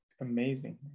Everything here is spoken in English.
amazing